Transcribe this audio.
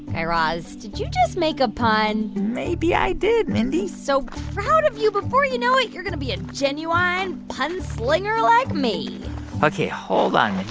guy raz, did you just make a pun? maybe i did, mindy i'm so proud of you. before you know it, you're going to be a genuine punslinger like me ok. hold on, mindy.